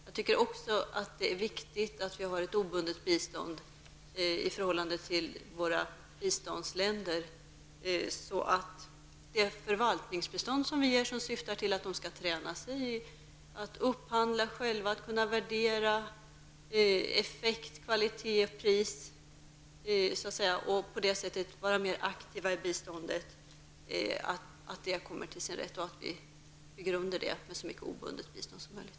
Jag tycker också att det är viktigt att vi har ett obundet bistånd till våra biståndsländer, så att det förvaltningsbistånd som vi ger -- och som syftar till att man skall träna sig i att själv upphandla samt i att värdera effekt, kvalitet och pris och på det sättet bli mer aktiv i biståndssammanhang -- kommer till sin rätt. Vi bör bygga under det med så mycket obundet bistånd som möjligt.